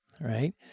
right